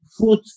food